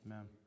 Amen